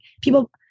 People